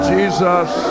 Jesus